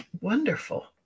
wonderful